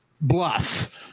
bluff